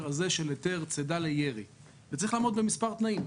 הזה של היתר צידה לירי וצריך לעמוד במספר תנאים,